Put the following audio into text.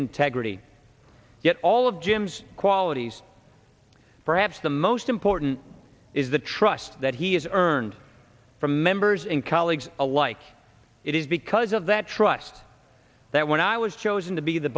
integrity yet all of jim's qualities perhaps the most important is the trust that he has earned from members and colleagues alike it is because of that trust that when i was chosen to be the